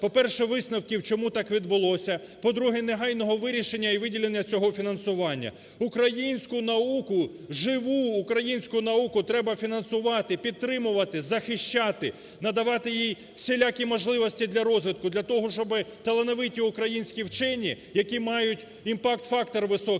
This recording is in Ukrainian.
по-перше, висновків, чому так відбулося; по-друге, негайного вирішення і виділення цього фінансування. Українську науку, живу українську науку треба фінансувати, підтримувати, захищати, надавати їй всілякі можливості для розвитку, для того, щоби талановиті українські вчені, які мають імпакт-фактор високий,